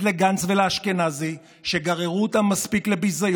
לגנץ ולאשכנזי שהם גררו אותם מספיק לביזיון,